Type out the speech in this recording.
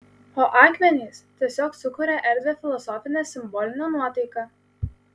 o akmenys tiesiog sukuria erdvią filosofinę simbolinę nuotaiką